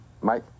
Mike